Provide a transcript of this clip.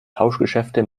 tauschgeschäfte